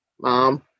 mom